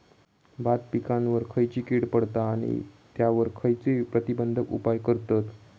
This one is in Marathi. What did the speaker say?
भात पिकांवर खैयची कीड पडता आणि त्यावर खैयचे प्रतिबंधक उपाय करतत?